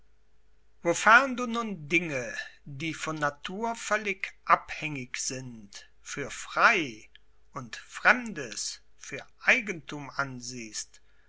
wofern du nun dinge die von natur völlig abhängig sind für frei und fremdes für eigenthum ansiehst